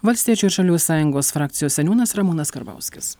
valstiečių ir žaliųjų sąjungos frakcijos seniūnas ramūnas karbauskis